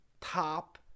top